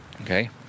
okay